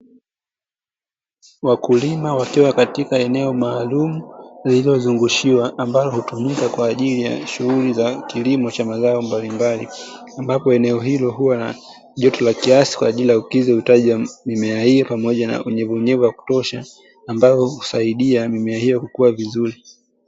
Wakulima wakiwa katika eneo maalumu lililozungushiwa ambalo hutumika kwaajili ya shughuli za kilimo cha mazao mbalimbali, ambapo eneo hilo huwa na nyuki wa kiasi kwajili ya kukidhi uhitaji wa mimea hiyo pamoja na unyevuunyevu wa kutosha ambao husaidia mimea hiyo kukua vizuri.